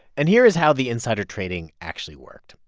and here is how the insider trading actually worked.